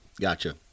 Gotcha